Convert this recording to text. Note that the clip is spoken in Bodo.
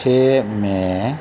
से मे